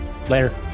Later